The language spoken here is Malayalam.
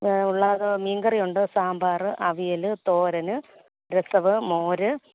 ഉള്ളാകെ മീൻ കറിയുണ്ട് സാമ്പാർ അവിയൽ തോരൻ രസം മോര്